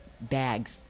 bags